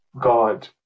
God